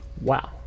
Wow